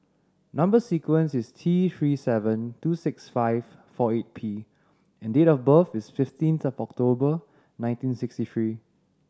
number sequence is T Three seven two six five four eight P and date of birth is fifteenth October nineteen sixty three